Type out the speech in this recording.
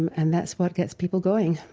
and that's what gets people going.